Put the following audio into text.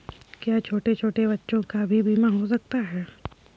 क्या छोटे छोटे बच्चों का भी बीमा हो सकता है?